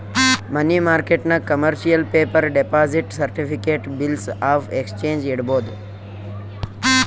ಮನಿ ಮಾರ್ಕೆಟ್ನಾಗ್ commercial paper, deposit certificate, bills of exchange ಇಡ್ಬೋದ್